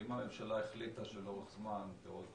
אם הממשלה החליטה שלאורך זמן, בעוד